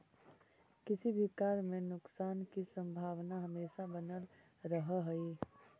किसी भी कार्य में नुकसान की संभावना हमेशा बनल रहअ हई